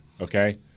okay